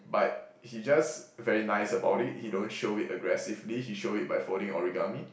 but he just very nice about it he don't show it aggressively he show it by folding origami